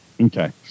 Okay